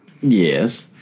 Yes